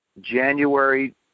January